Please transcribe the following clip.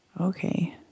Okay